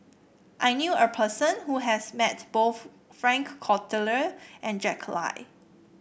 I knew a person who has met both Frank Cloutier and Jack Lai